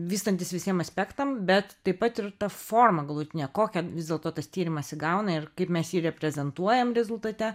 vystantis visiem aspektam bet taip pat ir ta forma galutinė kokią vis dėlto tas tyrimas įgauna ir kaip mes jį reprezentuojam rezultate